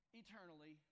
eternally